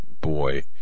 boy